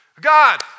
God